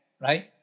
Right